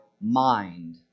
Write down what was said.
mind